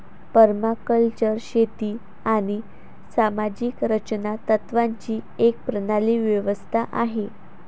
permaculture शेती आणि सामाजिक रचना तत्त्वांची एक प्रणाली व्यवस्था आहे